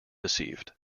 deceived